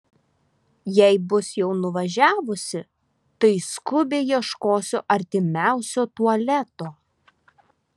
jei bus jau nuvažiavusi tai skubiai ieškosiu artimiausio tualeto